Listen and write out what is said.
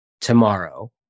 tomorrow